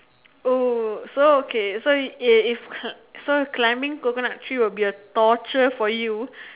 oh so okay so climbing coconut tree would be a torture for you